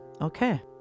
Okay